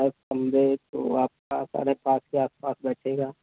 दस कमरे तो आपका साढ़े पाँच के आस पास बैठेगा